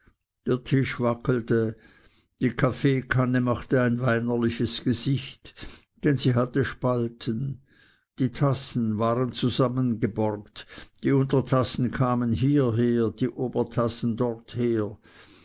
der tisch wackelte die kaffeekanne machte ein weinerliches gesicht denn sie hatte spalten die tassen waren zusammengeborgt die untertassen kamen hierher die obertassen dorther